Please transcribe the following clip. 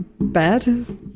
bad